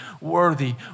worthy